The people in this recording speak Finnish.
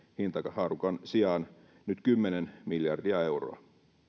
hintahaarukan sijaan nyt kymmenen miljardia euroa